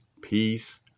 peace